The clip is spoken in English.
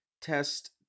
Test